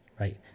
Right